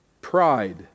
pride